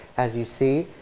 as you see,